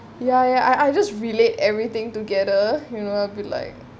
ya ya I I just relate everything together you know I've been like